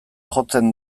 jotzen